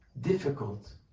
difficult